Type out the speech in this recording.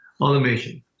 automation